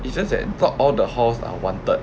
it's just that not all the halls are wanted